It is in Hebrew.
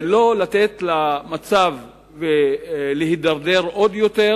לא לתת למצב להידרדר עוד יותר,